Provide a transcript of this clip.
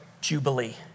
Jubilee